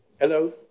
Hello